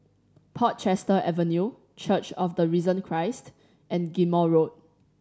Portchester Avenue Church of the Risen Christ and Ghim Moh Road